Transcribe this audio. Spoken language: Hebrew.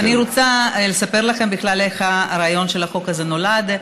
אני רוצה לספר לכם בכלל איך הרעיון של החוק הזה נולד.